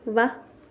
ਵਾਹ